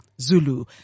Zulu